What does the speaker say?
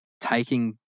taking